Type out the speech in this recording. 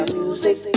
music